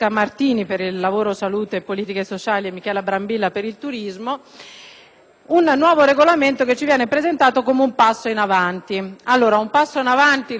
un nuovo regolamento che ci viene presentato come un passo in avanti: orbene, un passo in avanti rispetto ad una prima proposta che arrivava da Trenitalia